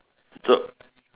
so